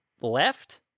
left